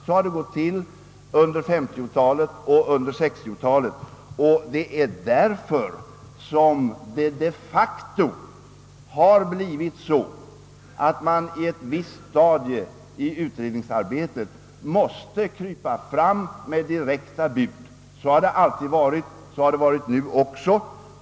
Så har det varit under 1950 och 1960-talen, och det är därför som man på ett visst stadium av utredningsarbetet måste krypa fram med direkta bud. Så har skett även denna gång, liksom alltid tidigare.